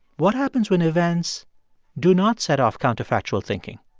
what happens when events do not set off counterfactual thinking?